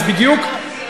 בדיוק.